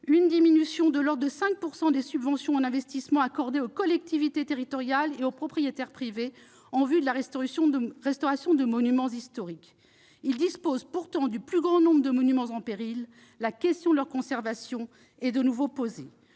une diminution de l'ordre de 5 % des subventions d'investissement accordées aux collectivités territoriales et aux propriétaires privés en vue de la restauration de monuments historiques. Ces derniers disposent pourtant du plus grand nombre de monuments en péril. La question de la conservation de ceux-ci est de nouveau posée.